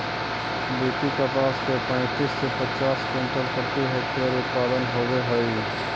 BT कपास के पैंतीस से पचास क्विंटल प्रति हेक्टेयर उत्पादन होवे हई